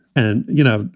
and you know,